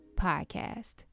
podcast